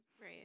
right